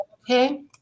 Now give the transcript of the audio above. Okay